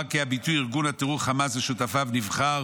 יוער כי הביטוי "ארגון הטרור חמאס ושותפיו" נבחר